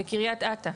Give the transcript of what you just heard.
בקריית אתא.